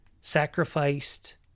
sacrificed